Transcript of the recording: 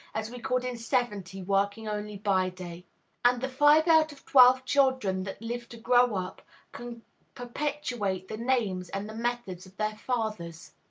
as we could in seventy, working only by day and the five out of twelve children that live to grow up can perpetuate the names and the methods of their fathers.